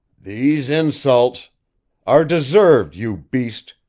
these insults are deserved, you beast!